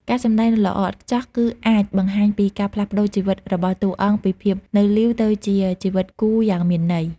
ការសម្ដែងដ៏ល្អឥតខ្ចោះ គឺអាចបង្ហាញពីការផ្លាស់ប្តូរជីវិតរបស់តួអង្គពីភាពនៅលីវទៅជាជីវិតគូយ៉ាងមានន័យ។